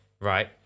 right